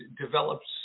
develops